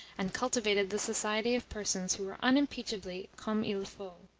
and cultivated the society of persons who were unimpeachably comme il faut.